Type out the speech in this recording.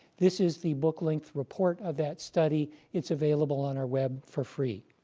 this is the book length report of that study. it's available on our web for free